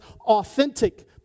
authentic